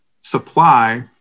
supply